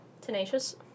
tenacious